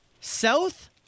South